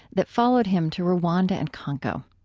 that followed him to rwanda and congo.